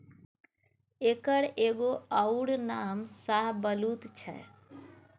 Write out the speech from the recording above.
एकर एगो अउर नाम शाहबलुत छै